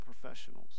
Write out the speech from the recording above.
professionals